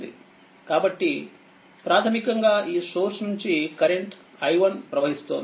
కాబట్టిప్రాథమికంగా ఈసోర్స్నుంచికరెంటు i1 ప్రవహిస్తోంది